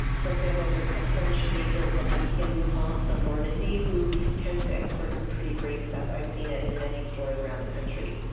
for example, there's a french maker called etienne dupont from normandy who tends to export some pretty great stuff i've seen it in many stores around the country.